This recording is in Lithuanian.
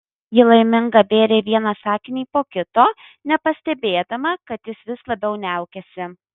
ji laiminga bėrė vieną sakinį po kito nepastebėdama kad jis vis labiau niaukiasi